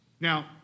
Now